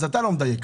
אתה לא מדייק.